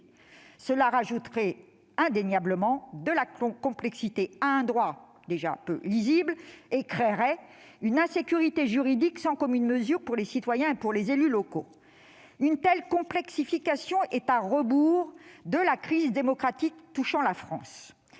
ajouterait indéniablement de la complexité à un droit déjà peu lisible. Il créerait, en outre, une insécurité juridique sans commune mesure pour les citoyens et pour les élus locaux. Une telle complexification irait à rebours de tout apaisement de la crise démocratique qui touche la France.